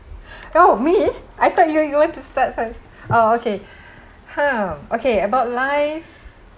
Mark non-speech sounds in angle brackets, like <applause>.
<breath> oh me I thought you you want to start first oh okay <breath> hmm okay about life